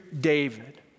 David